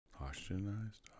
oxygenized